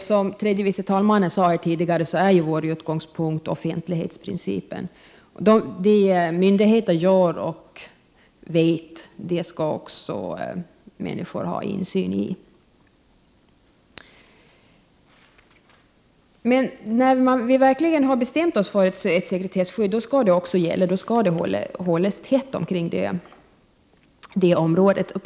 Som tredje vice talmannen sade tidigare är ju vår utgångspunkt offentlighetsprincipen: vad myndigheter gör och vet skall människor också ha insyn i. När vi verkligen har bestämt oss för ett sekretesskydd, då skall det också gälla, och då skall de frågorna hållas skyddade från insyn.